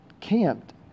camped